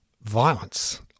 violence